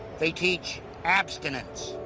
they teach abstinence.